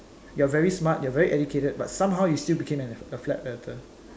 you are very smart you are very educated but somehow you still become a flat Earther